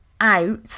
out